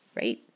right